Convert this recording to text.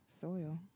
Soil